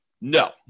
No